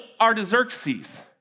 Artaxerxes